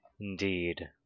indeed